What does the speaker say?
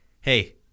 hey